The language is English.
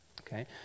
okay